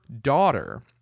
daughter